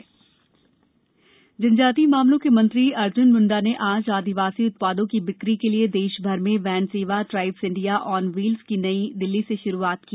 आदिवासी उत्पाद जनजातीय मामलों के मंत्री अर्जुन मुंडा ने आज आदिवासी उत्पादों की बिक्री के लिए देशभर में वैन सेवा ट्राइब्स इंडिया ऑन वील्स की नई दिल्ली से शुरुआत की